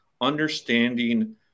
understanding